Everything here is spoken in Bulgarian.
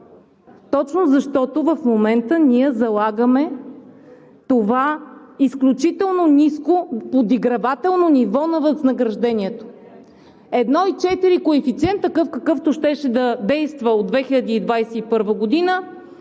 Точно защото в момента ние залагаме това изключително ниско, подигравателно ниво на възнаграждението – 1,4 коефициент. Такъв, какъвто щеше да действа от 2021 г.